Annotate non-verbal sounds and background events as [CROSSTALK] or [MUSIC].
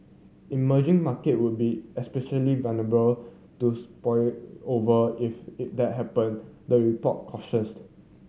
emerging market would be especially vulnerable to spillover if is that happen the report [UNINTELLIGIBLE]